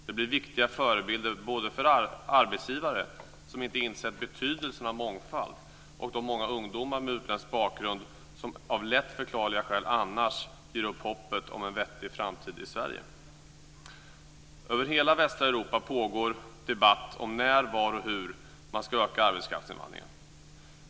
De blir viktiga förebilder både för arbetsgivare som inte insett betydelsen av mångfald och för de många ungdomar med utländsk bakgrund som av lätt förklarliga skäl annars ger upp hoppet om en vettig framtid i Sverige. Över hela västra Europa pågår en debatt om när, var och hur man ska öka arbetskraftsinvandringen.